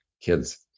kids